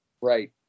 right